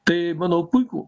tai manau puiku